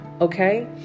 okay